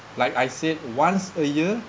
like I said once a year